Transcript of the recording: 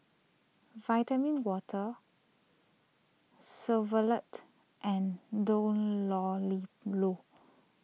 Vitamin Water Chevrolet and Dunlopillo